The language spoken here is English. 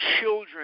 children